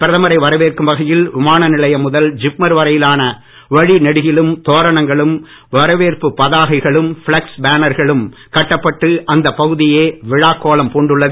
பிரதமரை வரவேற்கும் வகையில் விமான நிலையம் முதல் ஜிப்மர் வரையிலான வழிநெடுகிலும் தோரணங்களும் வரவேற்பு பதாகைகளும் ஃபிளக்ஸ் பேனர்களும் கட்டப்பட்டு அந்தப் பகுதியே விழாக்கோலம் பூண்டுள்ளது